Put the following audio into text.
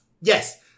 Yes